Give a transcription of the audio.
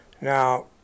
Now